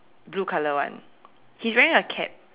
blue colour one he's wearing a cap